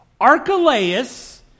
Archelaus